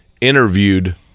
interviewed